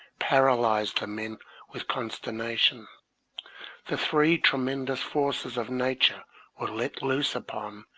paralyzed the men with consternation the three tremendous forces of nature were let loose upon,